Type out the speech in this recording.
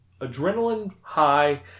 adrenaline-high